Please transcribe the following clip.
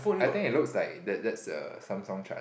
I think it looks like that that's a Samsung charge